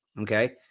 okay